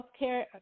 healthcare